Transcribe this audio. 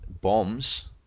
bombs